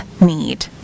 need